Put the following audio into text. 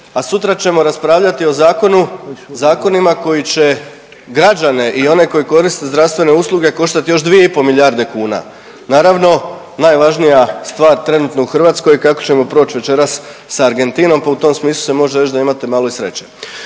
a sutra ćemo raspravljati o zakonu, zakonima koji će građane i one koji koriste zdravstvene usluge koštat još 2,5 milijarde kuna. Naravno najvažnija stvar trenutno u Hrvatskoj je kako ćemo proć večeras sa Argentinom, pa u tom smislu se može reć da imate malo i sreće.